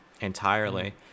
entirely